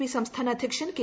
P സംസ്ഥാന അധ്യക്ഷൻ K